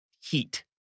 heat